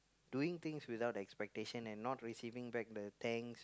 doing things without expectation and not receiving back the thanks